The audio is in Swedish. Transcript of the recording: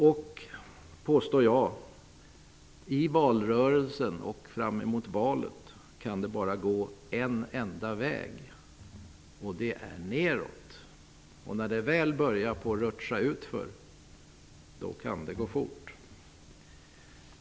Jag påstår att det bara kan gå en enda väg under tiden fram till och i valrörelsen. Det är nedåt. När det väl börjar rutscha utför kan det gå fort.